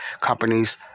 companies